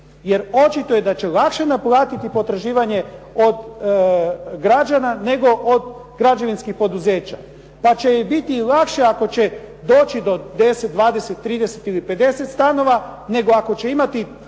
Jer očito je da će lakše naplatiti potraživanje od građana nego od građevinskih poduzeća. Pa će im biti lakše ako će doći od 10, 20, 30 ili 50 stanova nego ako će imati